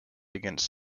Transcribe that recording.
against